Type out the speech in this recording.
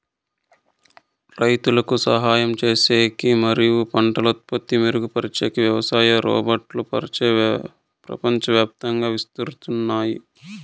రైతులకు సహాయం చేసేకి మరియు పంటల ఉత్పత్తి మెరుగుపరిచేకి వ్యవసాయ రోబోట్లు ప్రపంచవ్యాప్తంగా విస్తరిస్తున్నాయి